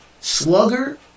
slugger